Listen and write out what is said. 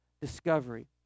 discovery